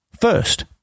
First